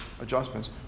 adjustments